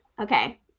Okay